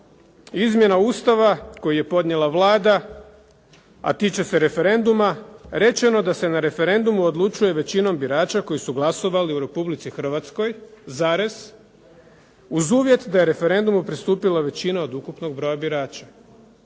izmjena Ustava koji je podnijela Vlada, a tiče se referenduma, rečeno da se na referendumu odlučuje većinom birača koji su glasovali u Republici Hrvatskoj, uz uvjet da je referendumu pristupila većina od ukupnog broja birača.